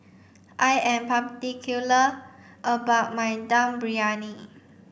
I am particular about my Dum Briyani